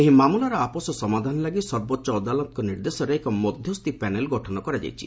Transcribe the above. ଏହି ମାମଲାର ଅପୋଷ ସମାଧାନ ଲାଗି ସର୍ବୋଚ୍ଚ ଅଦାଲତଙ୍କ ନିର୍ଦ୍ଦେଶରେ ଏକ ମଧ୍ୟସ୍ଥି ପ୍ୟାନେଲ୍ ଗଠନ କରାଯାଇଛି